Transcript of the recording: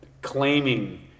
claiming